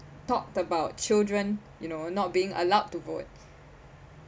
talked about children you know not being allowed to vote